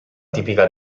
tipica